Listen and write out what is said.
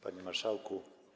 Panie Marszałku!